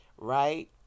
right